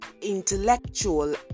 intellectual